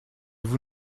vous